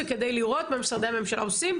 זה כדי לראות מה משרדי הממשלה עושים,